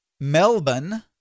Melbourne